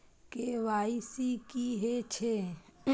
KYC की हे छे?